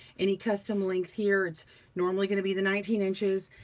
any custom length here, it's normally gonna be the nineteen inches.